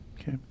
Okay